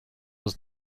was